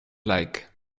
like